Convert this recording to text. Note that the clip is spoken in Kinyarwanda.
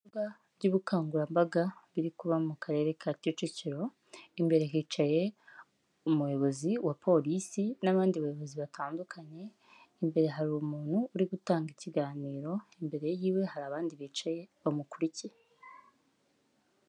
Inama ikoranyije abantu benshi batandukanye bafite inshingano zitandukanye mu rwego rwa leta bambaye imyambaro itandukanye harimo amakote abandi na mama, abandi ni abapapa, harimo abakuze n'abatoya.